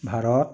Bharat